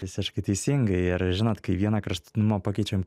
visiškai teisingai ir žinot kai vieną karštutinumą pakeičiam